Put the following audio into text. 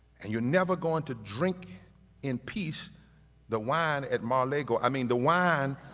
and you're never going to drink in peace the wine at mar lago, i mean, the wine.